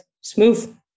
smooth